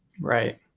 Right